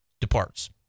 departs